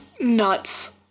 nuts